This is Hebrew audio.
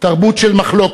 תרבות של מחלוקת,